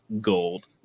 gold